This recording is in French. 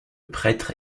prêtre